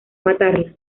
matarla